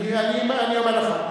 אני אומר לך,